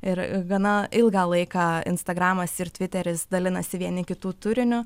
ir gana ilgą laiką instagramas ir tviteris dalinasi vieni kitų turiniu